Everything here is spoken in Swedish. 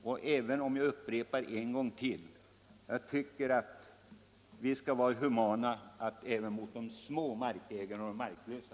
Och även om jag upprepar mig en gång till, tycker jag att vi skall vara humana även mot små markägare och marklösa.